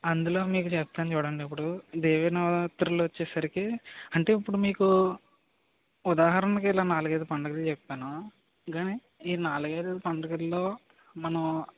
అందులో మీకు చెప్తాను చూడండి ఇప్పుడు దేవీ నవరాత్రులు వచ్చేసరికి అంటే ఇప్పుడు మీకు ఉదాహరణకి ఇలా నాలుగు ఐదు పండుగలు చెప్పాను కానీ ఈ నాలుగు ఐదు పండుగల్లో మనం